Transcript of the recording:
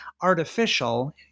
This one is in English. artificial